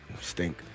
stink